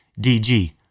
DG